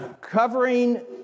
Covering